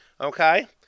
Okay